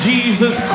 Jesus